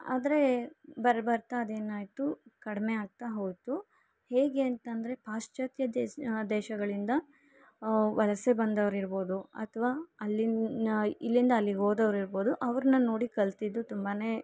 ಆದರೆ ಬರ್ಬತ್ತ ಅದೇನಾಯಿತು ಕಡಿಮೆ ಆಗ್ತಾ ಹೋಯಿತು ಹೇಗೆ ಅಂತಂದರೆ ಪಾಶ್ಚಾತ್ಯ ದೇಶ ದೇಶಗಳಿಂದ ವಲಸೆ ಬಂದವರಿರ್ಬೊದು ಅಥ್ವಾ ಅಲ್ಲಿನ ಇಲ್ಲಿಂದ ಅಲ್ಲಿಗೆ ಹೋದವ್ರಿರ್ಬೊದು ಅವ್ರುನ್ನ ನೋಡಿ ಕಲಿತಿದ್ದು ತುಂಬಾ